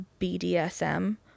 bdsm